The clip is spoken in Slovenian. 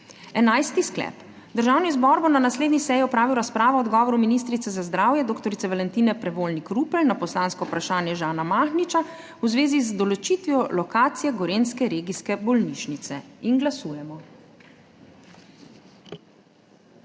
Enajsti sklep: Državni zbor bo na naslednji seji opravil razpravo o odgovoru ministrice za zdravje dr. Valentine Prevolnik Rupel na poslansko vprašanje Žana Mahniča v zvezi z določitvijo lokacije gorenjske regijske bolnišnice. Glasujemo.